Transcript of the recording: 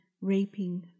raping